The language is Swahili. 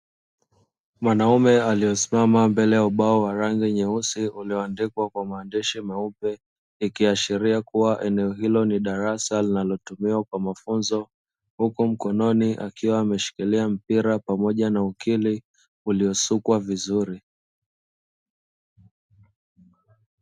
Mwanaume aliyesimama mbele ya ubao warangi nyeusi ulio andikwa kwa maandishi meupe, ikiashiria kuwa eneo hilo ni darasa linalotumiwa kwa mafunzo, huku mkononi akiwa ameshikilia mpira pamoja na ukili ulio sukwa vizuri.